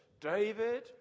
David